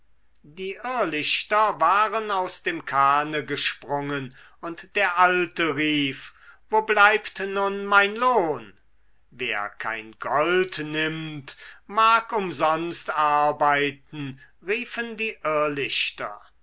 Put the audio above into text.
die irrlichter waren aus dem kahne gesprungen und der alte rief wo bleibt nun mein lohn wer kein gold nimmt mag umsonst arbeiten riefen die irrlichter